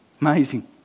Amazing